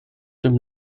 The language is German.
dem